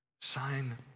Sign